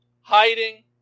hiding